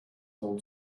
old